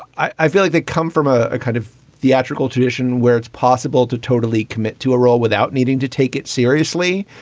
i feel like they come from ah a kind of theatrical tradition where it's possible to totally commit to a role without needing to take it seriously.